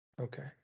Okay